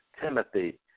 Timothy